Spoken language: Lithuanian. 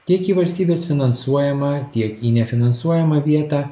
tiek į valstybės finansuojamą tiek į nefinansuojamą vietą